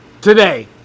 Today